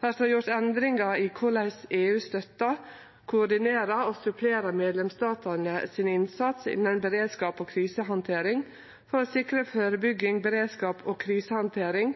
det gjort endringar i korleis EU støttar, koordinerer og supplerer medlemsstatane sin innsats innan beredskap og krisehandtering for å sikre førebygging, beredskap og krisehandtering